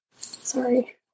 sorry